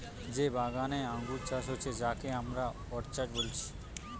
যে বাগানে আঙ্গুর চাষ হচ্ছে যাকে আমরা অর্চার্ড বলছি